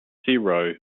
zero